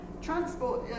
Transport